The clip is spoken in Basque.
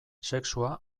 sexua